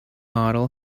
model